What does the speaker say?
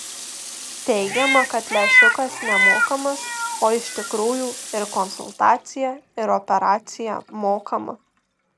teigiama kad lęšiukas nemokamas o iš tikrųjų ir konsultacija ir operacija mokama